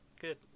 Good